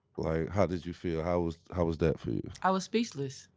like how did you feel? how was how was that for you? i was speechless.